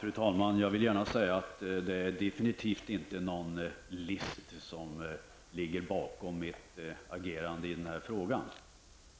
Fru talman! Jag vill gärna säga att det definitivt inte är någon list som ligger bakom mitt agerande i denna fråga.